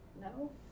no